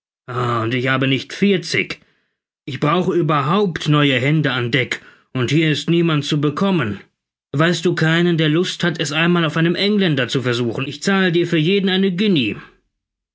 und ich habe nicht vierzig ich brauche überhaupt neue hände an deck und hier ist niemand zu bekommen weißt du keinen der lust hat es einmal auf einem engländer zu versuchen ich zahle dir für jeden eine guinee